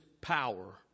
power